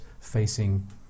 facing